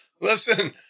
Listen